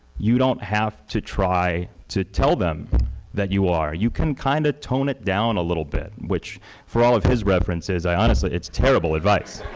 you don't have to try to tell them that you are. you can kind of tone it down a little bit which for all of his references, i honestly it's terrible advice.